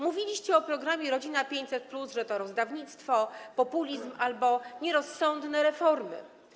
Mówiliście o programie „Rodzina 500+”, że to rozdawnictwo, populizm albo nierozsądne reformy.